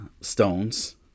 stones